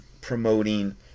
promoting